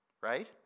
right